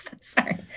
Sorry